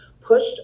pushed